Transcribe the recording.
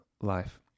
life